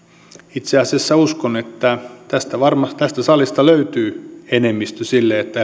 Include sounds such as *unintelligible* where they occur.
itse asiassa uskon että tästä salista löytyy enemmistö sille että *unintelligible*